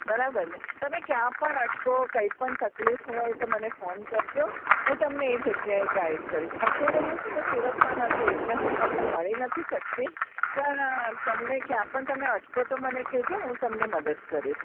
બરાબર ને તમે ક્યાંય પણ અટકો કંઈ પણ તકલીફ હોય તો મને ફોન કરજો હું તમને એ જગ્યાએ ગાઈડ કરીશ અત્યારે હું છે ને સુરતમાં નથી એટલે હું તમને મળી નથી શકતી પણ તમે ક્યાંય પણ તમે અટકો તો મને કહેજો હું તમને મદદ કરીશ